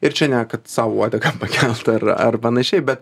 ir čia ne kad sau uodegą pakelt ar ar panašiai bet